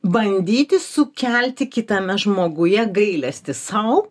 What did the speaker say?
bandyti sukelti kitame žmoguje gailestį sau